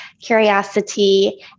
curiosity